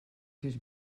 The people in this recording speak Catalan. sis